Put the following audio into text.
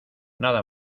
nada